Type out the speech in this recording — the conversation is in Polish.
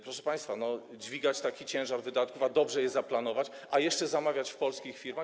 Proszę państwa, dźwigać taki ciężar wydatków, dobrze je zaplanować i jeszcze zamawiać w polskich firmach.